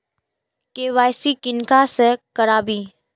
KYC किनका से कराबी?